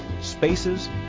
spaces